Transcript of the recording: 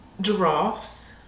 giraffes